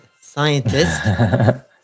scientist